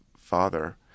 father